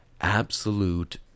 absolute